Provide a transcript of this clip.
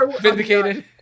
Vindicated